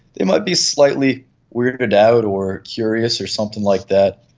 they might be slightly weirded out or curious or something like that,